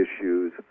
issues